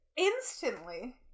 instantly